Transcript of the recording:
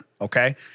okay